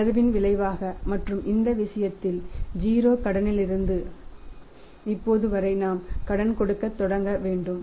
தளர்வின் விளைவாக மற்றும் இந்த விஷயத்தில் 0 கடனிலிருந்து இப்போது வரை நாம் கடன் கொடுக்கத் தொடங்க வேண்டும்